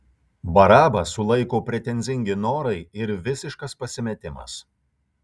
barabą sulaiko pretenzingi norai ir visiškas pasimetimas